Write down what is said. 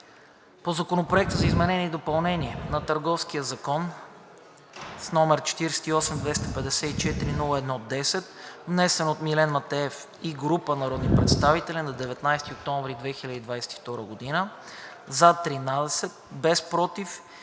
По Законопроекта за изменение и допълнение на Търговския закон, № 48-254-01-10, внесен от Милен Матеев и група народни представители на 19 октомври 2022 г. с 13 гласа „за“, без „против“